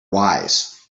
wise